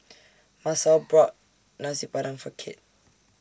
Masao brought Nasi Padang For Kit